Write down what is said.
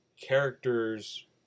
characters